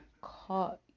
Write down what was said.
caught